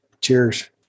Cheers